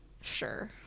Sure